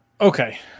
Okay